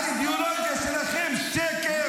האידיאולוגיה שלכם שקר.